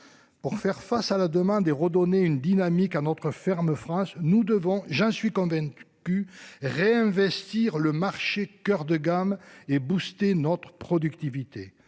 Pour faire face à la demande et redonner une dynamique à notre ferme France nous devons j'en suis convaincu. Réinvestir le marché coeur de gamme et boosté notre productivité,